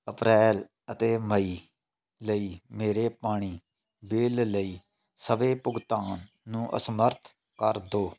ਅਪ੍ਰੈਲ ਅਤੇ ਮਈ ਲਈ ਮੇਰੇ ਪਾਣੀ ਬਿੱਲ ਲਈ ਸਵੈ ਭੁਗਤਾਨ ਨੂੰ ਅਸਮਰੱਥ ਕਰ ਦਿਉਂ